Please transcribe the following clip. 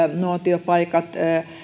nuotiopaikat